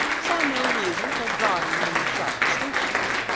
saw no reason for drawing these sharp distinctions.